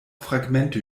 fragmente